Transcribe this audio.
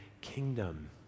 kingdom